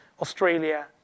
Australia